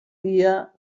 dia